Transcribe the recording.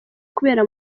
kubera